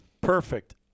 Perfect